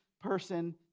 person